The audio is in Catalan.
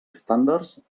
estàndards